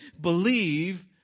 believe